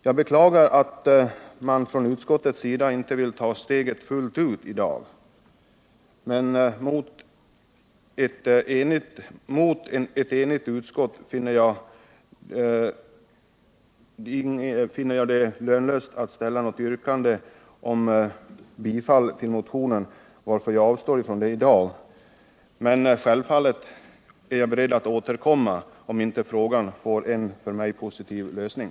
Jag beklagar att man från utskottets sida inte ville ta steget fullt ut i dag, men mot ett enigt utskott finner jag det lönlöst att ställa något yrkande om bifall till motionen, varför jag avstår från det. Men jag är självfallet beredd att återkomma om frågan inte får en positiv lösning.